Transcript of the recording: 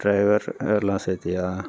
driver எல்லாம் சேர்த்தியா